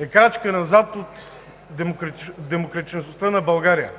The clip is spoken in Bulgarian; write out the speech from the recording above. е крачка назад от демократичността на България.